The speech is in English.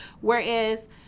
Whereas